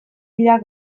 dira